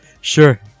sure